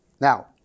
Now